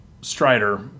Strider